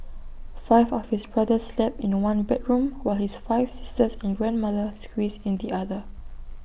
five of his brothers slept in one bedroom while his five sisters and grandmother squeezed in the other